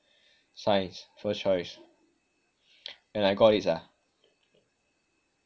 science first choice and I got it sia